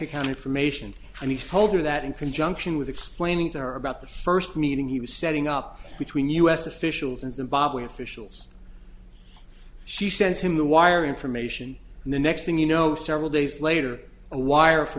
account information and he told her that in conjunction with explaining to her about the first meeting he was setting up between us officials in zimbabwe officials she sent him the wire information and the next thing you know several days later a wire f